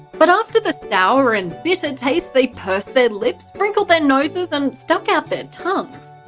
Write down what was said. but after the sour and bitter tastes they pursed their lips, wrinkled their noses and stuck out their tongues.